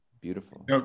Beautiful